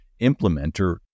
Implementer